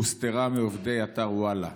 הוסתרה מעובדי אתר וואלה".